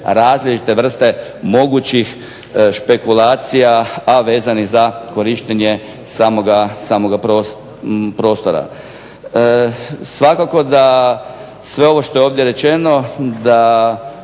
različite vrste mogućih špekulacija, a vezanih za korištenje samoga prostora. Svakako da sve ovo što je ovdje rečeno da